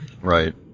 Right